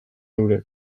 eurek